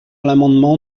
l’amendement